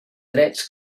drets